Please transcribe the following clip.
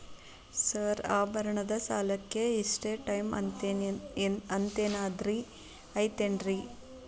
Sir ಆಭರಣದ ಸಾಲಕ್ಕೆ ಇಷ್ಟೇ ಟೈಮ್ ಅಂತೆನಾದ್ರಿ ಐತೇನ್ರೇ?